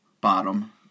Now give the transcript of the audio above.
bottom